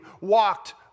walked